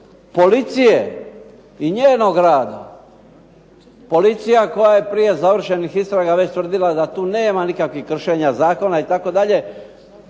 policije i njenog rada. Policija koja je prije završenih istraga već tvrdila da tu nema nikakvih kršenja zakona itd.